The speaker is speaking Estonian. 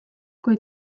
kui